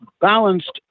balanced